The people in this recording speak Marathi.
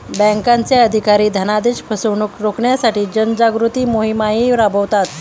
बँकांचे अधिकारी धनादेश फसवणुक रोखण्यासाठी जनजागृती मोहिमाही राबवतात